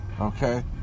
okay